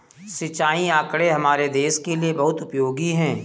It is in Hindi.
सिंचाई आंकड़े हमारे देश के लिए बहुत उपयोगी है